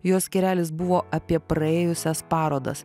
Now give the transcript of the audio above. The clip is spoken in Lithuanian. jo skyrelis buvo apie praėjusias parodas